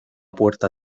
puerta